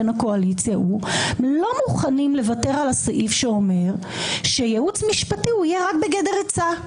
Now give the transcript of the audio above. שלא מוכנים לוותר על הסעיף שאומר שייעוץ משפטי הוא יהיה רק בגדר עצה.